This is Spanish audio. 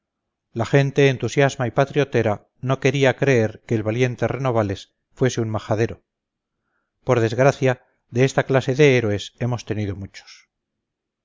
la gente entusiasta y patriotera no quería creer que el valiente renovales fuese un majadero por desgracia de esta clase de héroes hemos tenido muchos